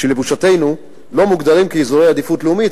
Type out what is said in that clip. שלבושתנו לא מוגדרים כאזורי עדיפות לאומית,